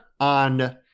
on